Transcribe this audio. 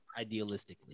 idealistically